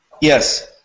Yes